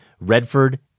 Redford